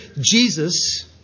Jesus